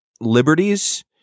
liberties